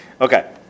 Okay